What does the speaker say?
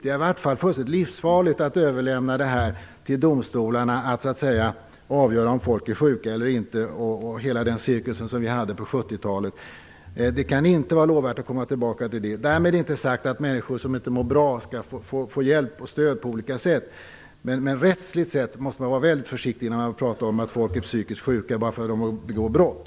Det är livsfarligt att överlämna till domstolarna att avgöra om människor är sjuka eller inte. Jag tänker på den cirkus som vi hade under 70-talet. Det kan inte vara lovvärt att komma tillbaka till den. Därmed är det inte sagt att människor som inte mår bra inte skall få hjälp och stöd på olika sätt. Rättsligt sett måste man vara väldigt försiktig när man talar om att människor är psykiskt sjuka bara för att de begår brott.